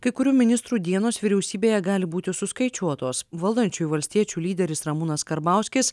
kai kurių ministrų dienos vyriausybėje gali būti suskaičiuotos valdančiųjų valstiečių lyderis ramūnas karbauskis